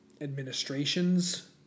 administrations